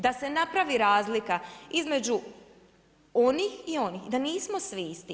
Da se napravi razlika između onih i onih, da nismo svi isti.